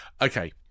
Okay